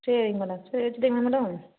சரிங்க மேடம் சரி வைச்சிருட்டுங்களா மேடம்